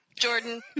Jordan